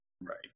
right